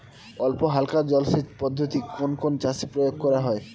অল্পহালকা জলসেচ পদ্ধতি কোন কোন চাষে প্রয়োগ করা হয়?